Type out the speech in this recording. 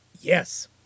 Yes